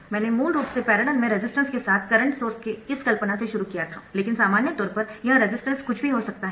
मैंने मूल रूप से पैरेलल में रेजिस्टेंस के साथ करंट सोर्स के इस कल्पना से शुरू किया था लेकिन सामान्य तौर पर यह रेजिस्टेंस कुछ भी हो सकता है